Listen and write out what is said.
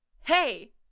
Hey